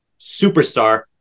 superstar